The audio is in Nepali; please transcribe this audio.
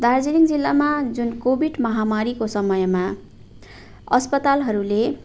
दार्जिलिङ जिल्लामा जुन कोविड महामारीको समयमा अस्पतालहरूले